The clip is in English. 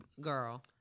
girl